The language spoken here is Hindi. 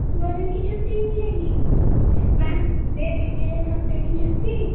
दो दिन की छुट्टी मिलेगी मैम दे दीजिए एक हफ्ते की छुट्टी